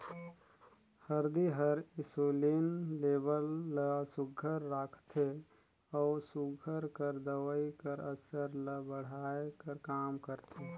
हरदी हर इंसुलिन लेबल ल सुग्घर राखथे अउ सूगर कर दवई कर असर ल बढ़ाए कर काम करथे